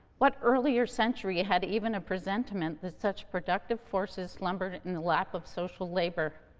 what earlier century had even a presentment that such productive forces slumbered in the lack of social labor?